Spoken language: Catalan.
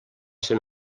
ser